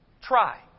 try